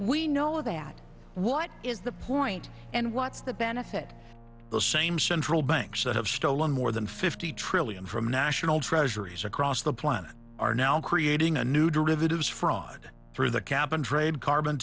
we know that what is the point and what's the benefit the same central banks that have stolen more than fifty trillion from national treasuries across the planet are now creating a new derivatives fraud through the cap and trade carbon